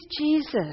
Jesus